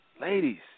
ladies